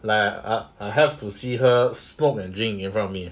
like err I have to see her smoke and drink in front of me